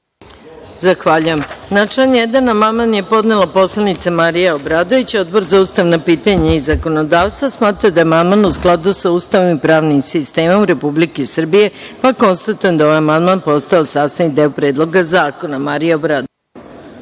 Zahvaljujem. Na član 1. amandman je podnela poslanica Marija Obradović. Odbor za ustavna pitanja i zakonodavstvo smatra da je amandman u skladu sa Ustavom i pravnim sistemom Republike Srbije, pa konstatujem da je ovaj amandman postao sastavni deo Predloga zakona. Reč ima Marija Obradović.